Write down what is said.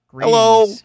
hello